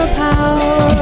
power